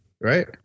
right